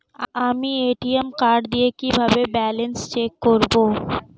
আমি ATM card দিয়ে কিভাবে ব্যালেন্স চেক করব?